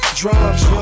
drums